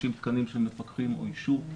50 תקנים של מפקחים אוישו,